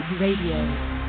Radio